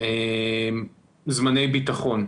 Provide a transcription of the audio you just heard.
זמני ביטחון.